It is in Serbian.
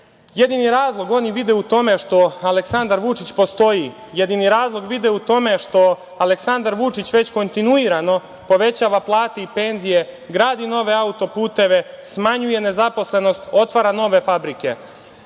Jedini razlog oni vide u tome što Aleksandar Vučić postoji. Jedini razlog vide u tome što Aleksandar Vučić već kontinuirano povećava plate i penzije, gradi nove auto-puteve, smanjuje nezaposlenost, otvara nove fabrike.